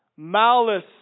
Malice